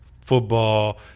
football